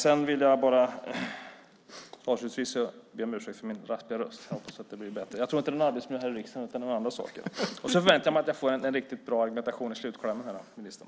Jag vill avslutningsvis be om ursäkt för min raspiga röst. Jag tror inte att den beror på arbetsmiljön här i riksdagen utan på något annat. Jag förväntar mig en bra argumentation i slutklämmen.